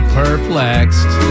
perplexed